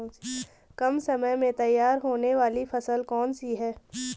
कम समय में तैयार होने वाली फसल कौन सी है?